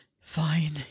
Fine